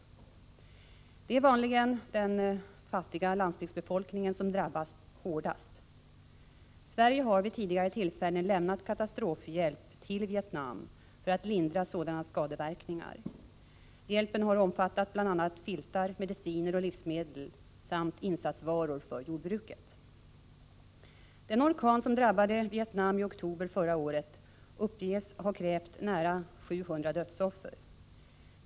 Det är vanligen den fattiga landsbygdsbefolkningen som drabbas hårdast. Sverige har vid tidigare tillfällen lämnat katastrofhjälp till Vietnam för att lindra sådana skadeverkningar. Hjälpen har omfattat bl.a. filtar, mediciner och livsmedel samt insatsvaror för jordbruket. Den orkan som drabbade Vietnam i oktober förra året uppges ha krävt nära 700 dödsoffer.